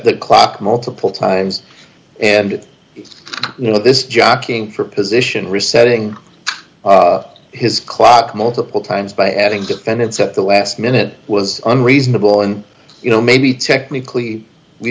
the clock multiple times and you know this jockeying for position resetting his clock multiple times by adding defendants at the last minute was unreasonable and you know maybe technically we